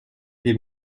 des